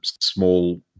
small